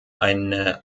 eine